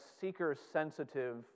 seeker-sensitive